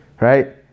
Right